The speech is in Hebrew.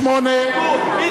78ו. מי